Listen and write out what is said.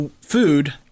food